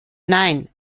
nein